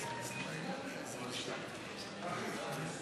איסור קשירת חשבונית חודשית לכל מכשיר אלקטרוני או מוצר נלווה),